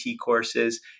courses